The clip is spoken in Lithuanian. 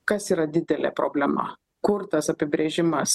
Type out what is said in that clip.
kas yra didelė problema kur tas apibrėžimas